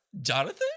Jonathan